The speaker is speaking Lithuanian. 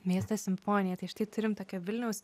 miestas simfonija tai štai turim tokią vilniaus